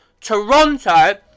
Toronto